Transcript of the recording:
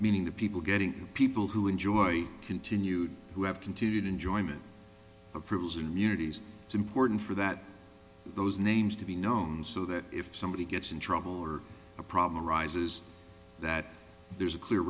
meaning the people getting people who enjoy continued who have continued enjoyment approves immunities it's important for that those names to be known so that if somebody gets in trouble or a problem arises that there's a clear